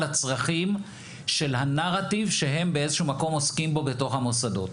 הצרכים של הנרטיב שהם באיזשהו מקום עוסקים בו בתוך המוסדות.